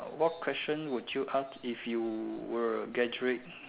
what question would you ask if you were a graduate